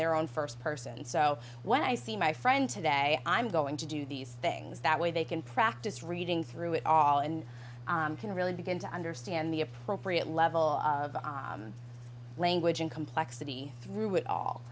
their own first person so when i see my friend today i'm going to do these things that way they can practice reading through it all and i can really begin to understand the appropriate level of language and complexity through it